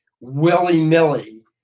willy-nilly